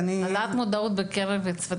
העלאת מודעות בקרב הצוותים הרפואיים.